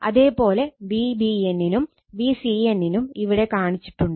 അതേ പോലെ VBN നും VCN നും ഇവിടെ കാണിച്ചിട്ടുണ്ട്